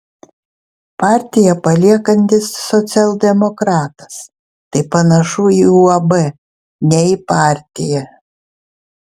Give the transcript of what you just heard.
partiją paliekantis socialdemokratas tai panašu į uab ne į partiją